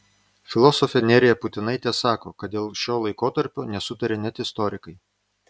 filosofė nerija putinaitė sako kad dėl šio laikotarpio nesutaria net istorikai